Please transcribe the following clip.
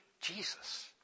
Jesus